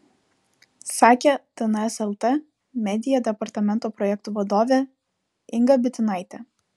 sakė tns lt media departamento projektų vadovė inga bitinaitė